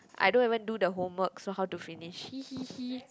I don't even do the homework so how to finish